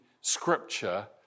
scripture